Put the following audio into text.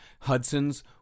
Hudson's